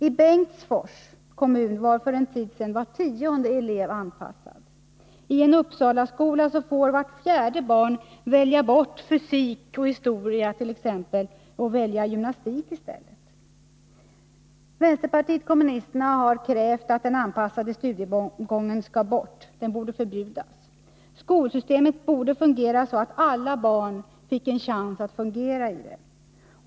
I Bengtsfors kommun var för en tid sedan var tionde elev i anpassad studiegång. I en Uppsalaskola får vart fjärde barn välja bort fysik och historia t.ex. och välja gymnastik i stället. Vänsterpartiet kommunisterna har krävt att den anpassade studiegången skall bort. Den borde förbjudas. Skolsystemet borde fungera så att alla barn fick en chans att fungera i det.